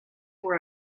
were